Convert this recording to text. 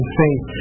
faith